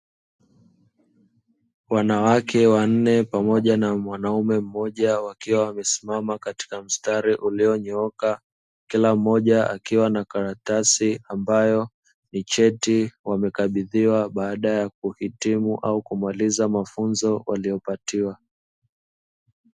Wanawake wanne pamoja na mwanamme mmoja wakiwa wamesimama katika mstari ulionyooka, kila mmoja akiwa na karatasi ambayo ni cheti wamekabidhiwa baada ya kuhitimu au kumaliza mafunzo waliyopatiwa.